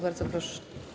Bardzo proszę.